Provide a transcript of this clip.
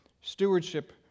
stewardship